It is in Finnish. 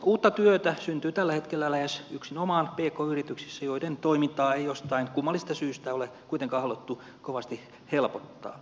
uutta työtä syntyy tällä hetkellä lähes yksinomaan pk yrityksissä joiden toimintaa ei jostain kummallisesta syystä ole kuitenkaan haluttu kovasti helpottaa